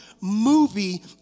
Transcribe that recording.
movie